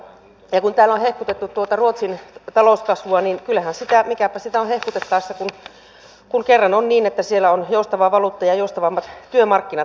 ja kun täällä on hehkutettu tuota ruotsin talouskasvua niin mikäpä sitä on hehkutettaessa kun kerran on niin että siellä on joustava valuutta ja joustavammat työmarkkinat